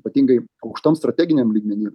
ypatingai aukštam strateginiam lygmeny